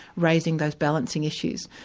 raising those balancing issues.